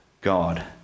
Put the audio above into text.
God